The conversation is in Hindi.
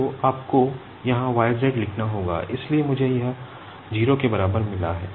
तो आपको यहां yz लिखना होगा इसलिए मुझे यह 0 के बराबर मिला है